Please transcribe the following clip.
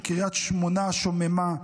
של קריית שמונה השוממה,